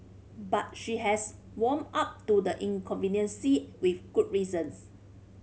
but she has warm up to the inconvenience see with good reasons